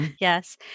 yes